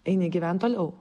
eini gyvent toliau